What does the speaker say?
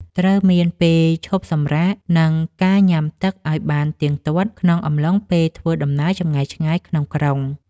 ត្រូវមានពេលឈប់សម្រាក និងការញ៉ាំទឹកឱ្យបានទៀងទាត់ ក្នុងអំឡុងពេលធ្វើដំណើរចម្ងាយឆ្ងាយក្នុងក្រុង។